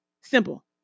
Simple